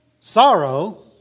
sorrow